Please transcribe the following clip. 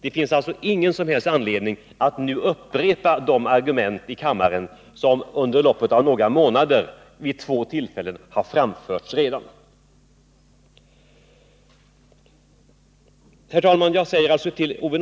Det finns alltså ingen som helst anledning att nu upprepa de argument som under loppet av några månader vid två tillfällen har framförts här i kammaren. Herr talman!